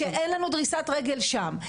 שאין לנו דריסת רגל שם,